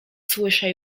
słyszę